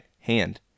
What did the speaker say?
hand